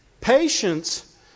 Patience